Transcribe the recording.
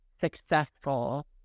successful